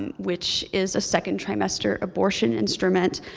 and which is a second trimester abortion instrument.